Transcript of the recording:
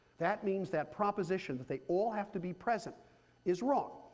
that means that proposition that they all have to be present is wrong.